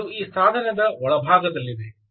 ಇದು ಈ ಸಾಧನದ ಒಳಭಾಗದಲ್ಲಿದೆ